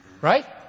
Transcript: Right